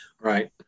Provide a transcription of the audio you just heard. Right